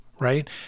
Right